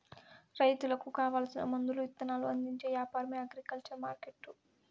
రైతులకు కావాల్సిన మందులు ఇత్తనాలు అందించే యాపారమే అగ్రికల్చర్ మార్కెట్టు